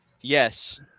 yes